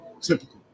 typical